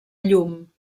llum